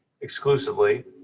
exclusively